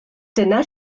dyna